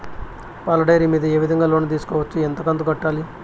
పాల డైరీ మీద ఏ విధంగా లోను తీసుకోవచ్చు? ఎంత కంతు కట్టాలి?